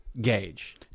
gauge